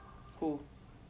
who